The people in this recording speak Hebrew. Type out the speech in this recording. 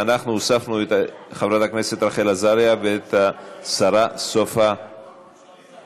ואנחנו הוספנו את חברת הכנסת רחל עזריה ואת השרה סופה לנדבר.